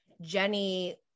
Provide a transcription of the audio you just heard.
Jenny